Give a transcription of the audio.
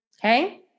Okay